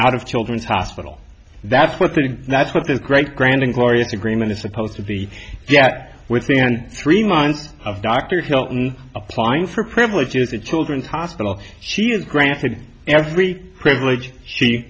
out of children's hospital that's what the that's what the great grand and glorious agreement is supposed to be within three months of dr hilton applying for privileges to children's hospital she is granted every privilege she